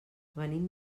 venim